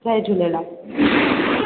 Jay Jhulelal